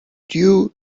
you